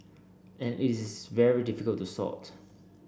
and it is very difficult to sort